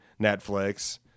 Netflix